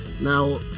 Now